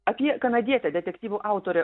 apie kanadietę detektyvų autorę